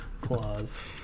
claws